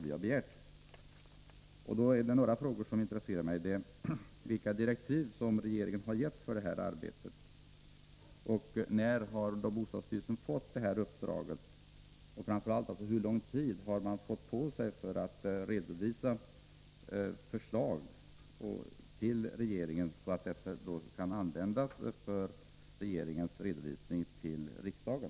I detta sammanhang är det några frågor som intresserar mig: Vilka direktiv har regeringen gett för arbetet, när fick bostadsstyrelsen uppdraget och, framför allt, hur lång tid har man fått på sig för att redovisa förslagen för regeringen, som ju i sin tur skall lämna redovisning till riksdagen?